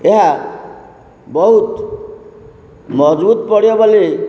ଏହା ବହୁତ ମଜବୁତ ପଡ଼ିବ ବୋଲି